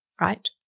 Right